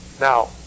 Now